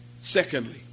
Secondly